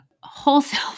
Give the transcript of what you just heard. wholesale